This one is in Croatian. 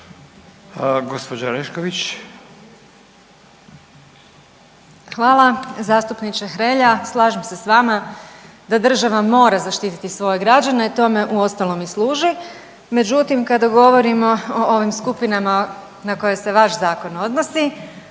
Hvala zastupniče Hrelja. Slažem se sa vama da država mora zaštititi svoje građane. Tome uostalom i služi. Međutim kada govorimo o ovim skupinama na koje se vaš zakon odnosi